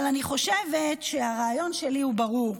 אבל אני חושבת שהרעיון שלי הוא ברור: